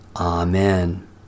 Amen